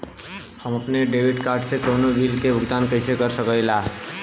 हम अपने debit card से कउनो बिल के भुगतान कइसे कर सकीला?